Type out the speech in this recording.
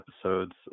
episodes